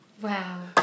Wow